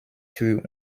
für